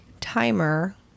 timer